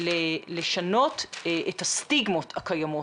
לשנות את הסטיגמות הקיימות,